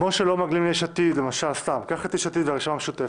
קח למשל את יש עתיד והרשימה המשותפת.